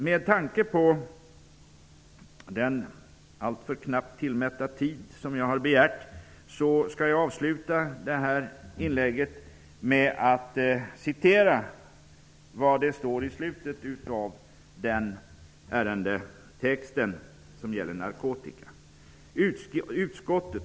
Med tanke på den alltför knappt tillmätta taletid som jag har begärt skall jag avsluta detta inlägg med att citera ur slutet av ärendetexten beträffande narkotikan.